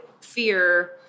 fear